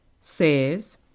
says